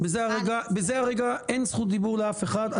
סליחה, בזה הרגע אין זכות דיבור לאף אחד.